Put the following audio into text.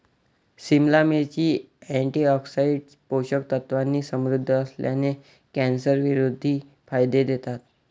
सिमला मिरची, अँटीऑक्सिडंट्स, पोषक तत्वांनी समृद्ध असल्याने, कॅन्सरविरोधी फायदे देतात